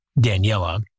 Daniela